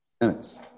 minutes